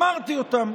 אמרתי אותם,